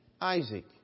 Isaac